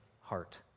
heart